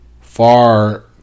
far